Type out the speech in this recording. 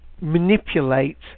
manipulate